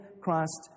Christ